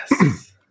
Yes